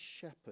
shepherd